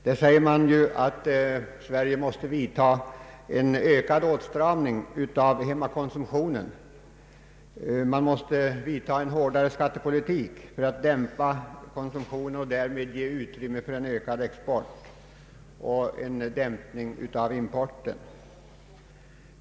Man säger att Sverige måste ytterligare åtstrama hemmakonsumtionen och föra en hårdare skattepolitik för att dämpa konsumtionen och därmed ge utrymme för en ökad export och en dämpning av importen.